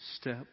step